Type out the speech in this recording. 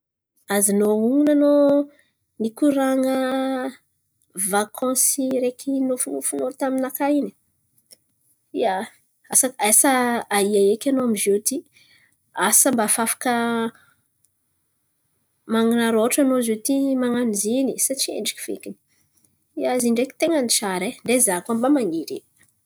Azonao onon̈o anao nikoran̈a vakansy araiky nofinofinao taminakà in̈y? Ia, asa sa aia eky anao amy ziôty? Asa mba fa afaka man̈araraotro anao ziôty man̈ano izy iny sa tsy endriky fekiny? Ia, izy in̈y ndreky ten̈a ny tsara e. Ndray za koa mba man̈iry.